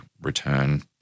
return